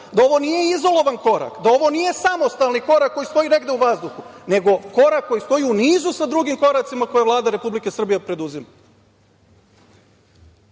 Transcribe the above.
da ovo nije izolovan korak, da ovo nije samostalni korak koji stoji negde u vazduhu, nego korak koji stoji u nizu sa drugim koracima koje Vlada Republike Srbije preduzima. Važno